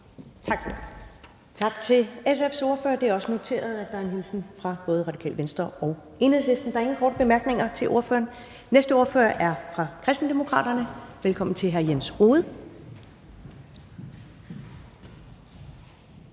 Tak til SF's ordfører. Det er også noteret, at der er en hilsen fra både Radikale Venstre og Enhedslisten. Der er ingen korte bemærkninger til ordføreren. Den næste ordfører er fra Kristendemokraterne. Velkommen til hr. Jens Rohde.